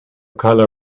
color